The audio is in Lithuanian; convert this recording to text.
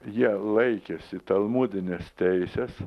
jie laikėsi talmudinės teisės